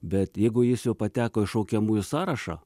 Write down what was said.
bet jeigu jis jau pateko į šaukiamųjų sąrašą